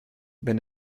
wenn